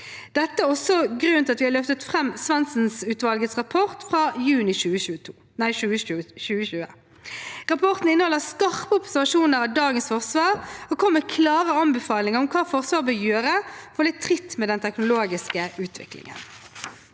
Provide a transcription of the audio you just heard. Dette er også grunnen til at vi har løftet fram Svendsen-utvalgets rapport fra juni 2020. Rapporten inneholder skarpe observasjoner av dagens forsvar og kommer med klare anbefalinger om hva Forsvaret bør gjøre for å holde tritt med den teknologiske utviklingen.